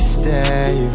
stay